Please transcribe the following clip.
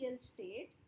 state